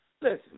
listen